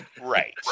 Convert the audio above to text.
Right